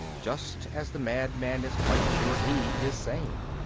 just as the madman is quite sure he is sane.